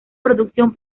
producción